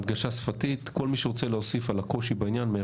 הנגשה שפתית, מישהו יכול להוסיף על העניין הזה